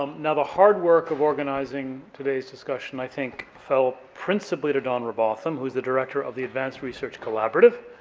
um now, the hard work of organizing today's discussion, i think, fell principally to don robotham, who's the director of the events research collaborative,